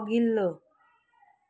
अघिल्लो